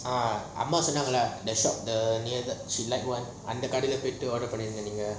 ah அம்மா சொந்தங்களை:amma sonangala the the near the left one அந்த கடைல பொய்:antha kadaila poi order பண்ணி இருந்திங்கனு:panni irunthinganu